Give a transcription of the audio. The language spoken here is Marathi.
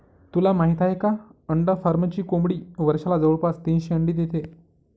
तुला माहित आहे का? अंडा फार्मची कोंबडी वर्षाला जवळपास तीनशे अंडी देते